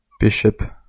Bishop